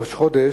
ראש חודש,